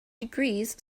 degrees